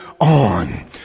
On